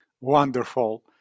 Wonderful